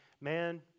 man